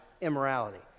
immorality